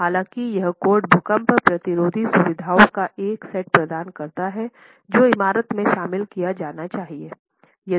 हालांकि यह कोड भूकंप प्रतिरोधी सुविधाओं का एक सेट प्रदान करता है जो इमारत में शामिल किया जाना चाहिए